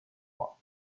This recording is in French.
mois